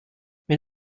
mit